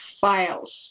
files